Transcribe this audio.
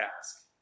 task